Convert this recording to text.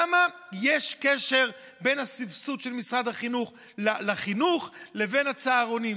למה יש קשר בין הסבסוד של משרד החינוך לחינוך לבין הצהרונים?